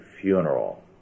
funeral